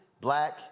black